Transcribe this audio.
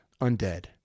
Undead